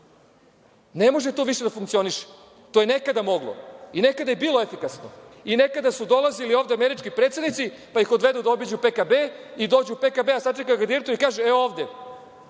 Ne može to više da funkcioniše. To je nekada moglo. Nekada je bilo efikasno. Nekada su dolazili ovde američki predsednici, pa ih odvedu da obiđu PKB i dođu u PKB, sačeka ga direktor i kaže – e, ovde